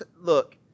look